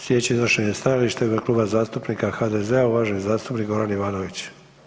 Slijedeće iznošenje stajališta u ime Kluba zastupnika HDZ-a, uvaženi zastupnik Goran Ivanović.